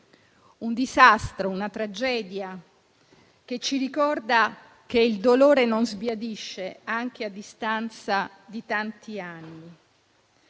Un disastro, una tragedia, che ci ricorda che il dolore non sbiadisce, anche a distanza di tanti anni.